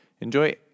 enjoy